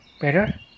Better